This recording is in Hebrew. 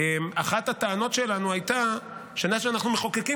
אחת הטענות שלנו הייתה שמה שאנחנו מחוקקים,